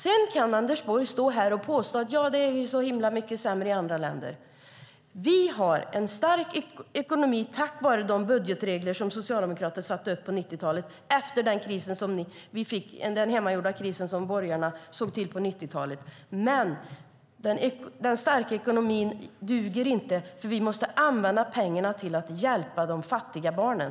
Sedan kan Anders Borg stå här och påstå att det är så himla mycket sämre i andra länder. Vi har en stark ekonomi tack vare de budgetregler Socialdemokraterna satte upp på 90-talet, efter den hemmagjorda kris vi fick med borgarna på 90-talet. Den starka ekonomin duger dock inte, för vi måste använda pengarna till att hjälpa de fattiga barnen.